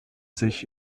sich